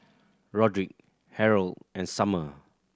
Rodrick Harrold and Summer